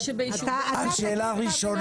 שאלה ראשונה,